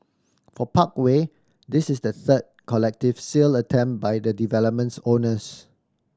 for Parkway this is the third collective sale attempt by the development's owners